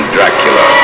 Dracula